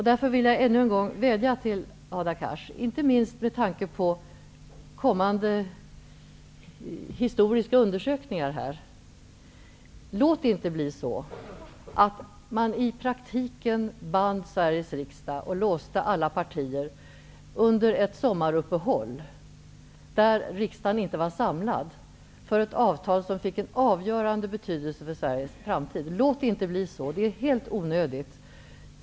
Därför vill jag ännu en gång vädja till Hadar Cars, inte minst med tanke på kommande historiska undersökningar: Låt det inte bli så att man i praktiken band Sveriges riksdag och låste alla partier under ett sommaruppehåll, då riksdagen inte var samlad, för ett avtal som fick en avgörande betydelse för Sveriges framtid! Låt det inte bli så! Det är helt onödigt.